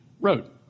wrote